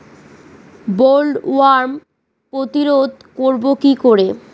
Bollworm প্রতিরোধ করব কি করে?